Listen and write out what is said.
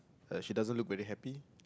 uh she doesn't look very happy